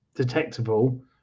detectable